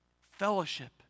fellowship